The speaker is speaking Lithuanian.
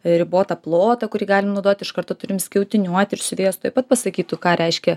ribotą plotą kurį galim naudot iš karto turim skiautiniuot ir siuvėjos tuoj pat pasakytų ką reiškia